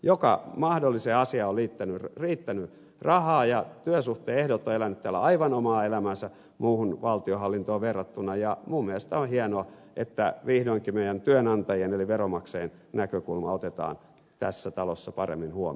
joka mahdolliseen asiaan on riittänyt rahaa ja työsuhteen ehdot ovat eläneet täällä aivan omaa elämäänsä muuhun valtionhallintoon verrattuna ja minun mielestäni on hienoa että vihdoinkin meidän työnantajamme eli veronmaksajien näkökulma otetaan tässä talossa paremmin huomioon